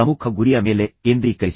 ಪ್ರಮುಖ ಗುರಿಯ ಮೇಲೆ ಕೇಂದ್ರೀಕರಿಸಿ